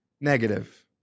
Negative